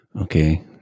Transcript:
Okay